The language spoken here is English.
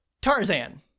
Tarzan